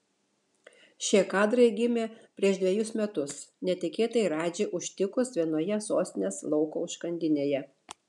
šie kadrai gimė prieš dvejus metus netikėtai radžį užtikus vienoje sostinės lauko užkandinėje